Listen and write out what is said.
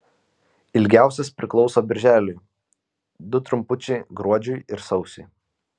ilgiausias priklauso birželiui du trumpučiai gruodžiui ir sausiui